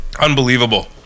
Unbelievable